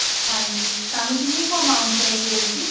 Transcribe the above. ਹਾਂਜੀ ਤੁਹਾਨੂੰ ਕਿੰਨੀ ਕੁ ਅਮਾਉਂਟ ਚਾਹੀਦੀ ਹੈ ਇਸਦੀ